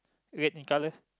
red in colour